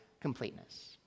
completeness